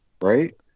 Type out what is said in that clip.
right